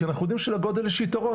כי אנחנו יודעים שלגודל יש יתרון,